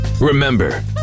Remember